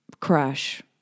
crush